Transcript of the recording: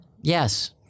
Yes